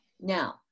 Now